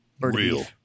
real